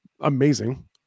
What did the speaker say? amazing